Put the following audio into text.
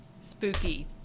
Spooky